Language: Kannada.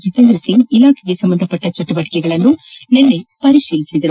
ಜತೇಂದ್ರ ಸಿಂಗ್ ಇಲಾಖೆಗೆ ಸಂಬಂಧಪಟ್ಟ ಚಟುವಟಿಕೆಗಳನ್ನು ನಿನ್ನೆ ಪರಿತೀಲಿಸಿದರು